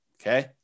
okay